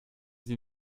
sie